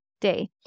day